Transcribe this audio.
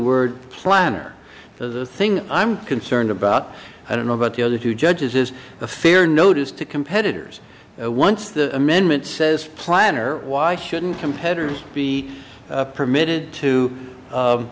word planner for the thing i'm concerned about i don't know about the other two judges is a fair notice to competitors once the amendment says planner why shouldn't competitors be permitted to